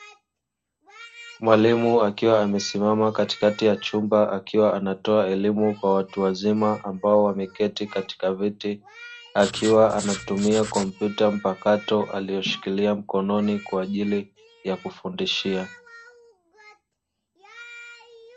Mwalimu akiwa amesimama katikati ya chumba akiwa anatoa elimu kwa watu wazima ambao wameketi katika viti akiwa anatumia kompyuta mpakato aliyoshikilia mkononi kwa ajili ya kufundishia.